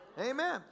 Amen